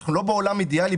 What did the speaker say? אנחנו לא בעולם אידיאלי,